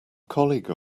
colleague